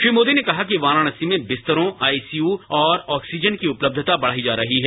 श्री मोदी ने कहा कि वाराणसी में बिस्तरों आईसीयू और ऑक्सीजन की उपलबता बढ़ाईजा रही है